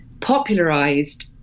popularized